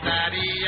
Daddy